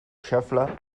xafla